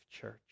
church